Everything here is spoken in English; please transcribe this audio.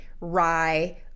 rye